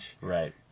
Right